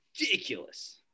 Ridiculous